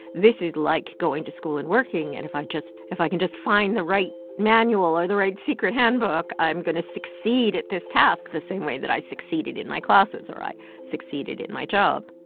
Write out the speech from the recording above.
this is like going to school and working. and if i just if i can just find the right manual or the right secret handbook, i'm going to succeed at this task the same way that i succeeded in my classes or i succeeded at my job.